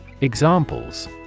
Examples